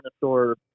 dinosaur